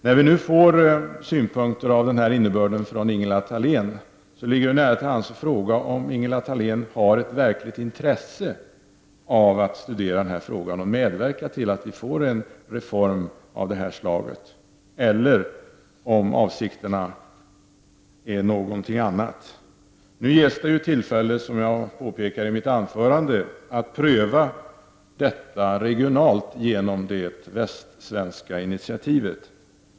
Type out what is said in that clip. När nu Ingela Thalén ger oss synpunkter av den innebörden ligger det nära till hands att fråga om Ingela Thalén har ett verkligt intresse av att studera denna fråga och medverka till att vi får en reform av detta slag eller om avsikten är en annan. Det ges nu, som jag påpekade i mitt huvudanförande, tillfälle att pröva detta regionalt genom det västsvenska initiativet.